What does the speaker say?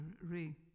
ray